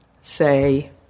say